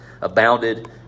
abounded